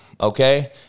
Okay